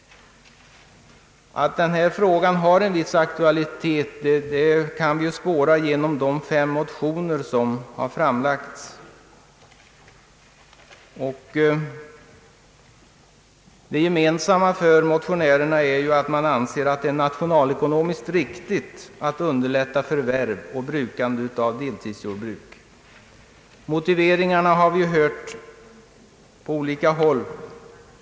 Att den här frågan har en viss aktualitet framgår av de fem motioner som har väckts. Ett drag har de olika motionärerna gemensamt, nämligen att de anser det nationalekonomiskt riktigt att underlätta förvärv och brukande av deltidsjordbruk. Motiveringarna har vi hört i de tidigare anförandena.